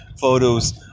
photos